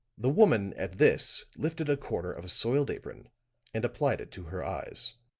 the woman at this lifted a corner of a soiled apron and applied it to her eyes.